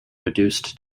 reduced